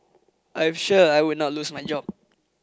I'm sure I will not lose my job